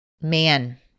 man